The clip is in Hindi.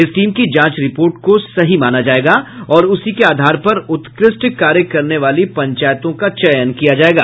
इस टीम की जांच रिपोर्ट को सही माना जायेगा और उसी के आधार पर उत्कृष्ठ कार्य करने वाली पंचायतों का चयन किया जायेगा